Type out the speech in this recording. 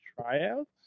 tryouts